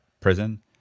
prison